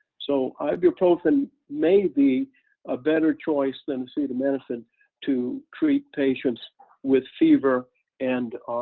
so ibuprofen may be a better choice than acetaminophen to treat patients with fever and